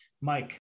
Mike